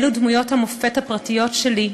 אלו דמויות המופת הפרטיות שלי,